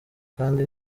kandi